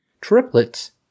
Triplets